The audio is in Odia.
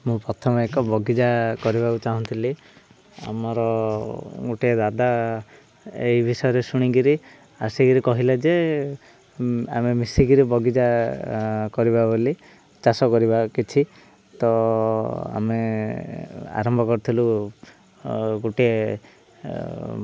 ମୁଁ ପ୍ରଥମେ ଏକ ବଗିଚା କରିବାକୁ ଚାହୁଁଥିଲି ଆମର ଗୋଟିେ ଦାଦା ଏଇ ବିଷୟରେ ଶୁଣିକିରି ଆସିକିରି କହିଲେ ଯେ ଆମେ ମିଶିକିରି ବଗିଚା କରିବା ବୋଲି ଚାଷ କରିବା କିଛି ତ ଆମେ ଆରମ୍ଭ କରିଥିଲୁ ଗୋଟେ